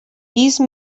these